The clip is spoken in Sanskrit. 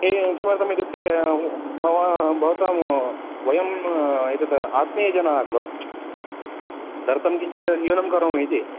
ए किमर्थम् इत्युक्ते मम भवतां वयम् एतत् आत्मीयजनाः खलु तदर्थं किञ्चित् न्यूनं करोमि इति